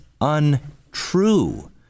untrue